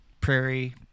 Prairie